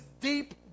deep